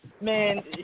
man